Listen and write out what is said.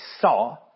saw